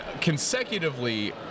consecutively